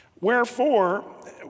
Wherefore